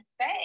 say